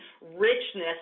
richness